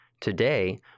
Today